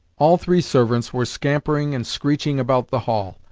all three servants were scampering and screeching about the hall.